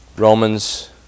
Romans